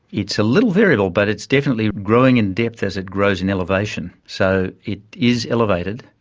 it's a little variable but it's definitely growing in depth as it grows in elevation. so it is elevated,